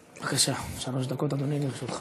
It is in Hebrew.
בבקשה, שלוש דקות, אדוני, לרשותך.